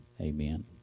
amen